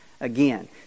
again